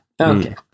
Okay